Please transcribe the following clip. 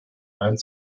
nein